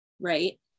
right